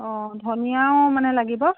অ ধনিয়াও মানে লাগিব